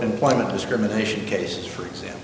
employment discrimination cases for example